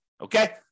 Okay